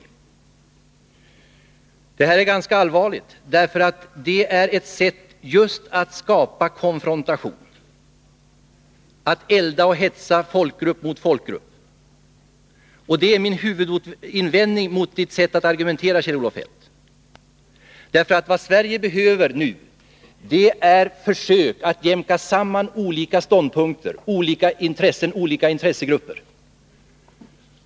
Kjell-Olof Feldts argumentationsteknik är en ganska allvarlig fråga. Han debatterar på ett sätt som skapar just konfrontation. Han eldar och hetsar folkgrupp mot folkgrupp. Det är min huvudinvändning mot Kjell-Olof Feldts sätt att argumentera. Vad Sverige behöver göra nu är att försöka jämka samman olika ståndpunkter och skilda gruppers intressen.